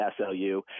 SLU